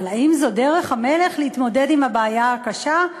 אבל האם זו דרך המלך להתמודד עם הבעיה הקשה?